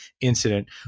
incident